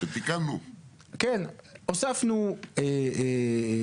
תחנות כוח במרכז הארץ,